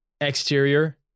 Exterior